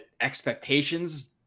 expectations –